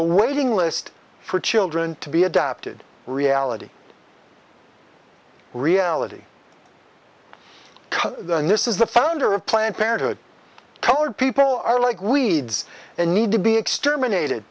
a waiting list for children to be adapted reality reality and this is the founder of planned parenthood colored people are like weeds and need to be exterminated